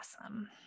awesome